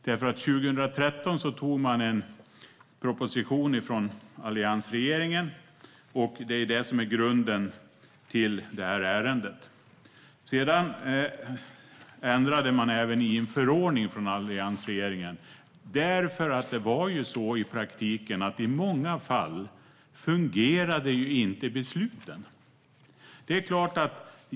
År 2013 antogs nämligen en proposition från alliansregeringen, och det är det som är grunden till detta ärende. Sedan ändrade alliansregeringen även i en förordning eftersom det i praktiken var så att besluten i många fall inte fungerade.